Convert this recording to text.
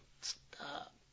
Stop